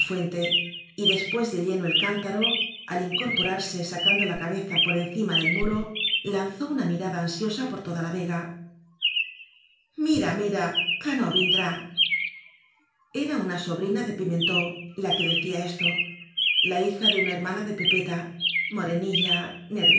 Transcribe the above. y después de lleno el cántaro al incorporarse sacando la cabeza por encima del muro lanzó una mirada ansiosa pí r toda la vega mira mira que no vindr era una sobrina de piment la que decía esto la hija de una hermana depepeta morenilla